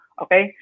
okay